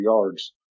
yards